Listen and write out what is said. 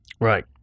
Right